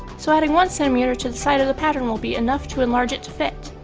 so adding one centimeter to the side of the pattern will be enough to enlarge it to fit.